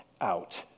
out